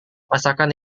masakan